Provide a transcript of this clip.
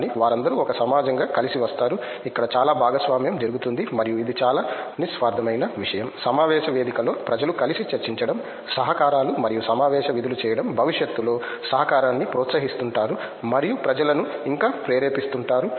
కానీ వారందరూ ఒక సమాజంగా కలిసి వస్తారు అక్కడ చాలా భాగస్వామ్యం జరుగుతుంది మరియు ఇది చాలా నిస్వార్థమైన విషయం సమావేశ వేదిక లో ప్రజలు కలిసి చర్చించడం సహకారాలు మరియు సమావేశ విధులు చేయడం భవిష్యత్తులో సహకారాన్ని ప్రోత్సహిస్తుంటారు మరియు ప్రజలను ఇంకా ప్రేరేపిస్తుంటారు